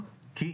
אני אומר לא,